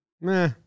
Meh